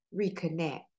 Reconnect